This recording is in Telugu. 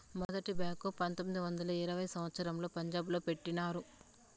మొదటి బ్యాంకు పంతొమ్మిది వందల ఇరవైయవ సంవచ్చరంలో పంజాబ్ లో పెట్టినారు